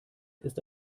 ist